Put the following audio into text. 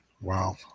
Wow